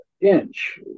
INCH